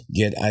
get